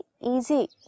easy